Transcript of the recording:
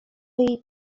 jej